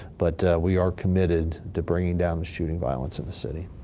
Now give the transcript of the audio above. but we are committed to bringing down the shooting violence in the city.